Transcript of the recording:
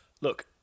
Look